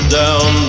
down